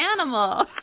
animal